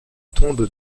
tombes